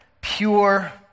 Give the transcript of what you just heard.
pure